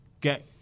Get